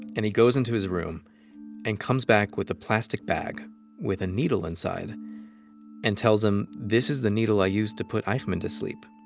and he goes into his room and comes back with a plastic bag with a needle inside and tells him, this is the needle i used to put eichmann to sleep.